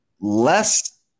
less